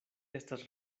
estas